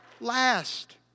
last